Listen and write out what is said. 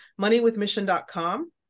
moneywithmission.com